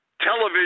television